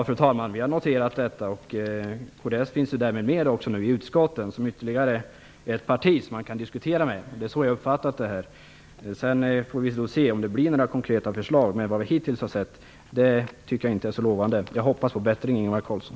Fru talman! Vi har noterat detta. Kds finns därmed representerat i utskotten som ytterligare ett parti som det går att diskutera med. Det är så jag har uppfattat det hela. Sedan får vi se om det kommer några konkreta förslag. Vad vi hittills har sett är inte så lovande. Jag hoppas på bättring, Ingvar Carlsson.